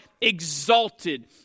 exalted